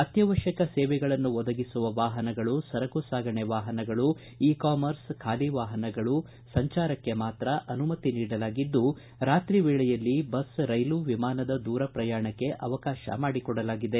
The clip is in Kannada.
ಅತ್ಯವಶ್ಯಕ ಸೇವೆಗಳನ್ನು ಒದಗಿಸುವ ವಾಹನಗಳು ಸರಕು ಸಾಗಣೆ ವಾಹನಗಳು ಇ ಕಾಮರ್ಸ್ ಖಾಲಿ ವಾಹನಗಳ ಸಂಚಾರಕ್ಷೆ ಮಾತ್ರ ಅನುಮತಿ ನೀಡಲಾಗಿದ್ದು ರಾತ್ರಿ ವೇಳೆಯಲ್ಲಿ ಬಸ್ ರೈಲು ವಿಮಾನದ ದೂರ ಪ್ರಯಾಣಕ್ಕೆ ಅವಕಾಶ ಮಾಡಿಕೊಡಲಾಗಿದೆ